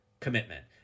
commitment